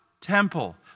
temple